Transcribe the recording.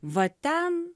va ten